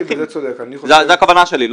זה הכוונה שלי.